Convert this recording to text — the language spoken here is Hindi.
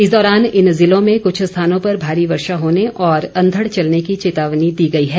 इस दौरान इन जिलों में कुछ स्थानों पर भारी वर्षा होने और अंधड़ चलने की चेतावनी दी गई है